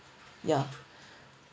ya